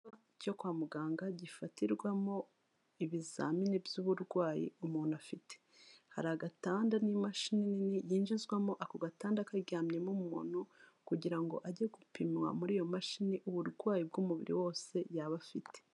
Cyo kwa muganga gifatirwamo ibizamini by'uburwayi umuntu afite. Hari agatanda n'imashini nini yinjizwamo, ako gatanda karyamyemo umuntu, kugira ngo ajye gupimwa muri iyo mashini, uburwayi bw'umubiri wose yaba afite.